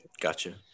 gotcha